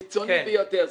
קיצוני ביותר.